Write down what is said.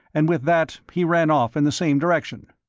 and with that he ran off in the same direction.